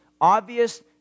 obvious